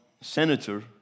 senator